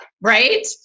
Right